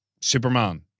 Superman